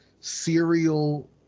serial